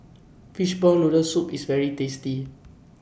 Fishball Noodle Soup IS very tasty